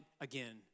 again